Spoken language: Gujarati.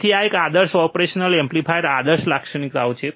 તેથી આ એક આદર્શ ઓપરેશનલ એમ્પ્લીફાયરની આદર્શ લાક્ષણિકતાઓ છે